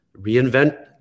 reinvent